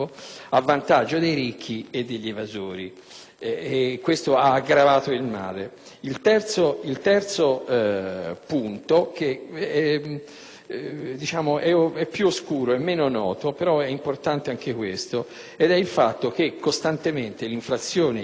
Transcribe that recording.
Questo ha aggravato il male. Il terzo punto è più oscuro, è meno noto, però è importante anch'esso, ed è il fatto che costantemente i tassi d'inflazione programmata sono stati